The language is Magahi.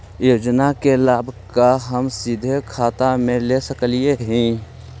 योजना का लाभ का हम सीधे खाता में ले सकली ही?